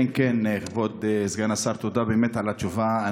כבוד סגן השר, באמת תודה על התשובה.